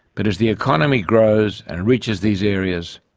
but as the economy grows and reaches these areas,